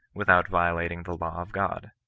without violating the law of god.